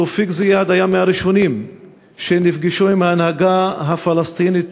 תופיק זיאד היה מהראשונים שנפגשו עם ההנהגה הפלסטינית